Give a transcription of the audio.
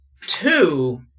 two